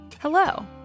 Hello